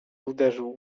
uderzył